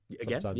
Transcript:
again